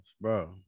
Bro